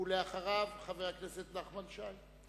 ואחריו, חבר הכנסת נחמן שי.